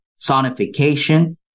sonification